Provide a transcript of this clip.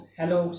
hello